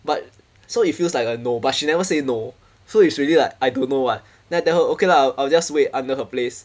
but so it feels like a no but she never say no so it's really like I don't know what then I tell her okay lah I I will just wait under her place